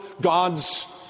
God's